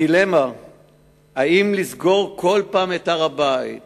הדילמה אם לסגור בכל פעם את הר-הבית